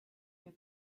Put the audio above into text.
you